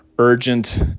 urgent